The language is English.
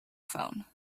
phone